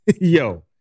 Yo